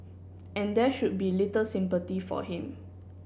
and there should be little sympathy for him